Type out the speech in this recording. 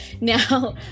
Now